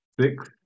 six